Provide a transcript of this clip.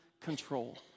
control